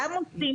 גם עושים